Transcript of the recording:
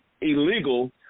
illegal